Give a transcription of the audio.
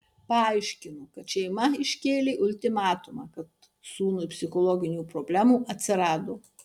paaiškino kad šeima iškėlė ultimatumą kad sūnui psichologinių problemų atsirado